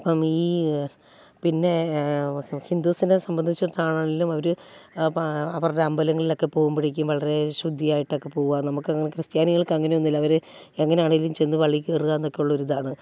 അപ്പം ഈ പിന്നെ ഹിന്ദുസിനെ സംബന്ധിച്ചെടുത്താണെങ്കിലും അവർ അവരുടെ അമ്പലങ്ങളിലൊക്കെ പോവുമ്പോഴേക്കും വളരെ ശുദ്ധിയായിട്ടൊക്കെ പോവുക നമുക്കങ്ങനെ ക്രിസ്ത്യാനിക്കൾക്ക് അങ്ങനെ ഒന്നുമില്ല അവർ എങ്ങനെ ആണെങ്കിലും ചെന്ന് പള്ളിയിൽ കയറുക എന്നൊക്കെ ഉള്ളൊരിതാണ്